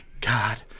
God